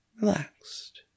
Relaxed